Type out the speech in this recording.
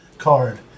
card